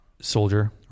soldier